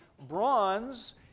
Bronze